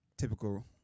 Typical